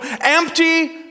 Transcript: empty